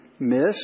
miss